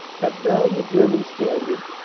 cut down the german standard,